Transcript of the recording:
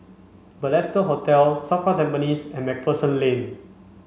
Balestier Hotel SAFRA Tampines and MacPherson Lane